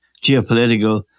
geopolitical